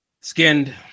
Skinned